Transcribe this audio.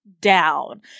down